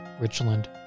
Richland